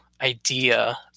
idea